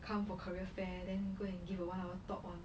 come for career fair then go and give a one hour talk on